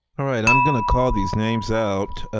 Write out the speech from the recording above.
all right, i'm gonna call these names out,